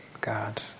God